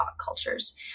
cultures